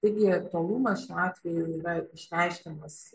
taigi tolumas šiuo atveju yra išreiškiamas